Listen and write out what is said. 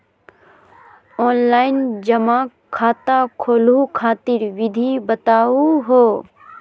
Online जमा खाता खोलहु खातिर विधि बताहु हो?